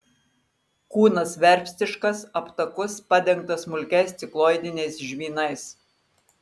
kūnas verpstiškas aptakus padengtas smulkiais cikloidiniais žvynais